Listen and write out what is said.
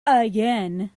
again